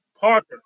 parker